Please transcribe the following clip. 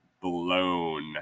blown